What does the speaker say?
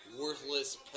worthless